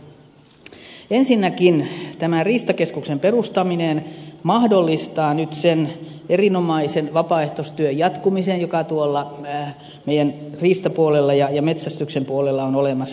ensinnäkin tämä riistakeskuksen perustaminen mahdollistaa nyt sen erinomaisen vapaaehtoistyön jatkumisen joka tuolla meidän riistapuolella ja metsästyksen puolella on olemassa